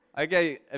Okay